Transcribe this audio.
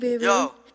Yo